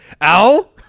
Owl